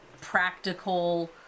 practical